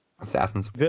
Assassins